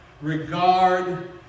regard